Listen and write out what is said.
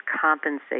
compensate